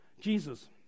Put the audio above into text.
Jesus